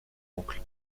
oncle